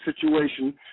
situation